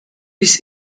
dies